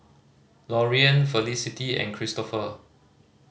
Loriann Felicity and Cristopher